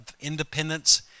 independence